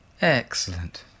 Excellent